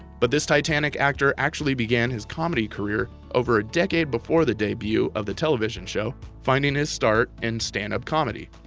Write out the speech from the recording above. but this titanic actor actually began his comedy career over a decade before the debut of the television show, finding his start in stand-up comedy.